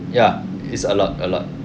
ya it's a lot a lot